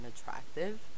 attractive